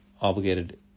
obligated